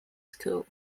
school